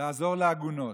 לעזור לעגונות.